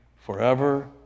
forever